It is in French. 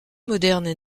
modernes